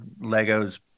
Lego's